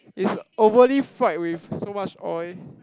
it's overly fried with so much oil